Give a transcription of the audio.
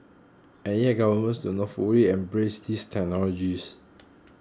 and yet governments do not fully embrace these technologies